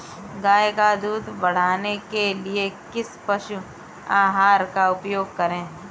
गाय का दूध बढ़ाने के लिए किस पशु आहार का उपयोग करें?